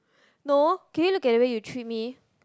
no can you look at the way you treat me